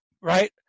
right